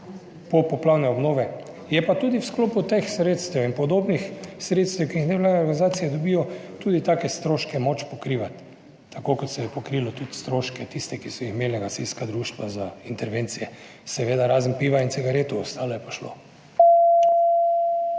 popoplavne obnove, je pa tudi v sklopu teh sredstev in podobnih sredstev, ki jih nevladne organizacije dobijo, tudi take stroške moč pokrivati, tako kot se je pokrilo tudi stroške tiste, ki so imela gasilska društva za intervencije, seveda, razen piva in cigaret, ostalo je pa šlo.